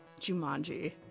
Jumanji